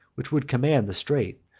which would command the strait,